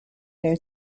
their